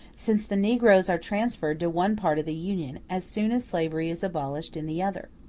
since the negroes are transferred to one part of the union as soon as slavery is abolished in the other.